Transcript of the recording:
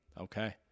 Okay